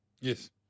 Yes